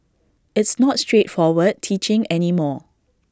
it's not straightforward teaching any more